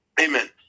Amen